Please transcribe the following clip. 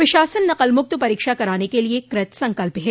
प्रशासन नकल मुक्त परीक्षा कराने के लिये कृत संकल्प है